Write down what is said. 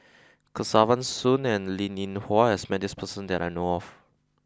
Kesavan Soon and Linn In Hua has met this person that I know of